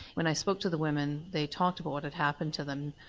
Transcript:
when i spoke to the women they talked about what had happened to them.